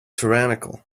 tyrannical